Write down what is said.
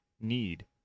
need